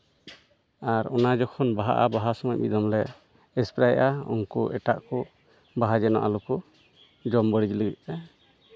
ᱟᱨ ᱚᱱᱟ ᱡᱚᱠᱷᱚᱱ ᱵᱟᱦᱟᱜᱼᱟ ᱵᱟᱦᱟ ᱥᱚᱢᱚᱭ ᱢᱤᱫ ᱫᱚᱢ ᱞᱮ ᱥᱯᱨᱮ ᱭᱟᱜᱼᱟ ᱩᱱᱠᱩ ᱮᱴᱟᱜ ᱠᱚ ᱵᱟᱦᱟ ᱡᱮᱱᱚ ᱟᱞᱚ ᱠᱚ ᱡᱚᱢ ᱵᱟᱹᱲᱤᱡ ᱞᱟᱹᱜᱤᱫ ᱛᱮ